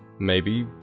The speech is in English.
maybe,